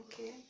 okay